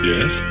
Yes